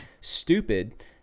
stupid